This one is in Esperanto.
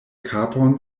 kapon